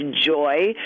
joy